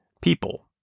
People